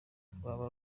rwaba